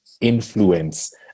influence